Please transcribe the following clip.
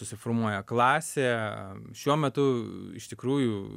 susiformuoja klasė šiuo metu iš tikrųjų